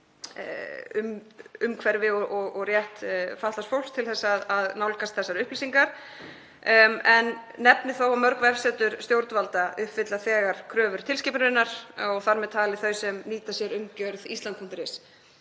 umhverfi og rétt fatlaðs fólks til að nálgast þessar upplýsingar. Ég nefni þó að mörg vefsetur stjórnvalda uppfylla þegar kröfur tilskipunarinnar og þar með talið þau sem nýta sér umgjörð island.is.